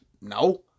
No